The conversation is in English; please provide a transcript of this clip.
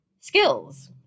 skills